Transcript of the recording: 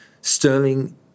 Sterling